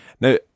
Now